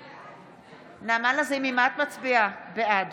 בעד יעקב ליצמן, נגד גבי לסקי, בעד